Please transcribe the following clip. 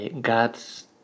God's